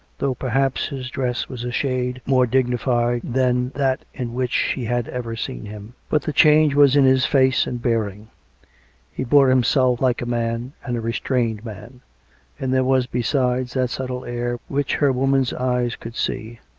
though, perhaps, his dress was a shade more digni fied than that in which she had ever seen him. but the change was in his face and bearing he bore himself like a man, and a restrained man and there was besides that subtle air which her woman's eyes could see,